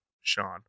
Sean